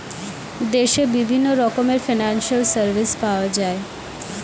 দেশে বিভিন্ন রকমের ফিনান্সিয়াল সার্ভিস পাওয়া যায়